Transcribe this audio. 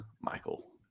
Michael